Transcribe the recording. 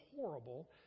horrible